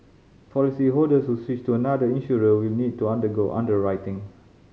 policyholders who switch to another insurer will need to undergo underwriting